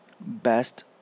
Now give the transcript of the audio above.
best